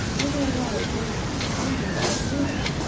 dead or alive, he must be found, and cleared.